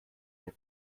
der